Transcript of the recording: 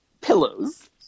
pillows